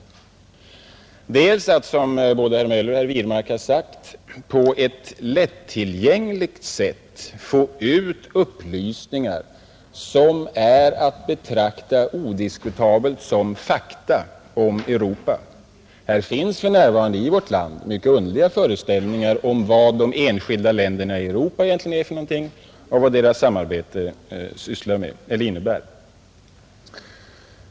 Till att börja med har regeringen misslyckats med, såsom både herr Möller i Göteborg och herr Wirmark framhållit, att på ett lättillgängligt sätt få ut upplysningar som odiskutabelt är att betrakta som fakta om Europa. Det finns för närvarande mycket underliga föreställningar i vårt land om vad de enskilda länderna i Europa egentligen är och om vad deras samarbete innebär.